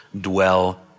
dwell